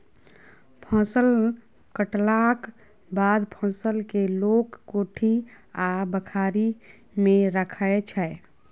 फसल कटलाक बाद फसल केँ लोक कोठी आ बखारी मे राखै छै